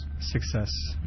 Success